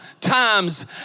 times